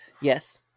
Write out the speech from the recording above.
Yes